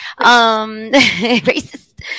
Racist